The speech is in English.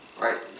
Right